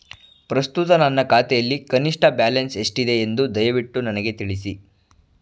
ಪ್ರಸ್ತುತ ನನ್ನ ಖಾತೆಯಲ್ಲಿ ಕನಿಷ್ಠ ಬ್ಯಾಲೆನ್ಸ್ ಎಷ್ಟಿದೆ ಎಂದು ದಯವಿಟ್ಟು ನನಗೆ ತಿಳಿಸಿ